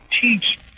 teach